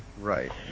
Right